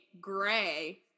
gray